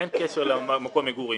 אין קשר למקום המגורים.